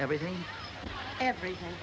everything everything